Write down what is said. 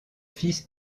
fils